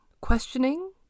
questioning